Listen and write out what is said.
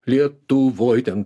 lietuvoje ten